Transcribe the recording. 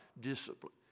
discipline